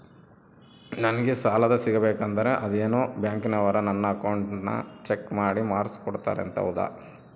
ನಂಗೆ ಸಾಲ ಸಿಗಬೇಕಂದರ ಅದೇನೋ ಬ್ಯಾಂಕನವರು ನನ್ನ ಅಕೌಂಟನ್ನ ಚೆಕ್ ಮಾಡಿ ಮಾರ್ಕ್ಸ್ ಕೋಡ್ತಾರಂತೆ ಹೌದಾ?